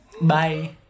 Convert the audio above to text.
Bye